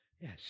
Yes